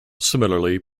similarly